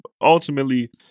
Ultimately